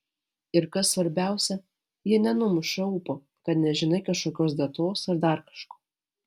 ir kas svarbiausia jie nenumuša ūpo kad nežinai kažkokios datos ar dar kažko